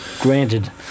granted